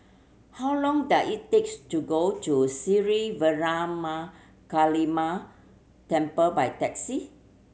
how long does it takes to go to Sri Veeramakaliamman Temple by taxi